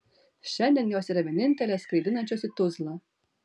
šiandien jos yra vienintelės skraidinančios į tuzlą